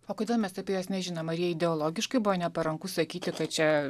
o kodėl mes apie juos nežinom ar jie ideologiškai buvo neparanku sakyti kad čia